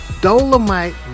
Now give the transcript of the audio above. Dolomite